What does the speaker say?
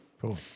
cool